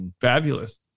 Fabulous